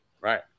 Right